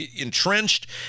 entrenched